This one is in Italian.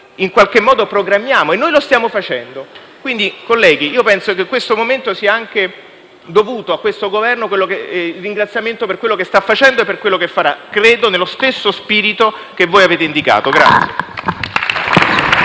in qualche modo programmiamo, e noi lo stiamo facendo. Colleghi, penso sia doveroso rivolgere a questo Governo un ringraziamento per quello che sta facendo e per quello che farà, credo nello stesso spirito che voi avete indicato.